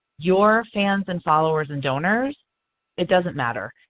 your fans and followers and donors it doesn't matter.